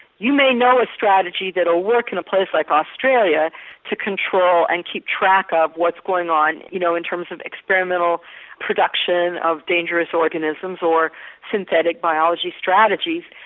you may know a strategy that will work in a place like australia to control and keep track of what's going on you know in terms of experimental production of dangerous organisms or synthetic biology strategies,